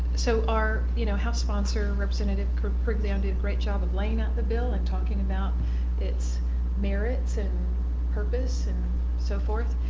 so our you know house sponsor, representative um did a great job of laying out the bill and talking about it's merits and purpose and so forth.